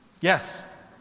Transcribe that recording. yes